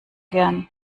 gern